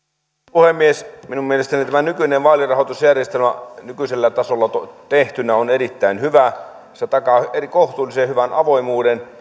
puhemies minun mielestäni tämä nykyinen vaalirahoitusjärjestelmä nykyisellä tasolla tehtynä on erittäin hyvä se takaa kohtuullisen hyvän avoimuuden